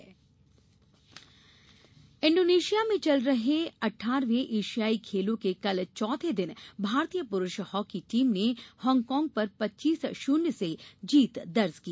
एशियाई खेल इंडोनेशिया में चल रहे अट्ठारवें एशियाई खेलों के कल चौथे दिन भारतीय पुरूष हांकी टीम ने हांगकांग पर पच्चीस शुन्य से जीत दर्ज की